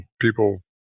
people